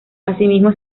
asimismo